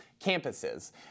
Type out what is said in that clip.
campuses